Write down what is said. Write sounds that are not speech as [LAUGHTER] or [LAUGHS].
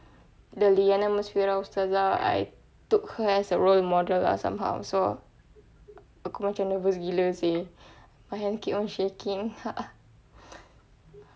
the liyana musfirah ustazah I took her as a role model lah somehow so aku macam nervous gila seh my hand keep on shaking [LAUGHS]